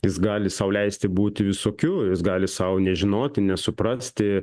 jis gali sau leisti būti visokiu ir jis gali sau nežinoti nesuprasti